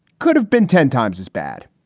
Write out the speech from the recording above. could have been ten times as bad.